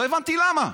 לא הבנתי למה.